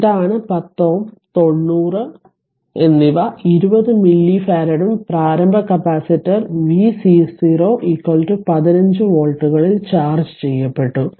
ഇതാണ് x 10 Ω 90 എന്നിവ 20 മില്ലിഫാരഡും പ്രാരംഭ കപ്പാസിറ്റർ v C0 15 വോൾട്ടുകളിൽ ചാർജ്ജ് ചെയ്യപ്പെട്ടു